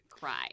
cry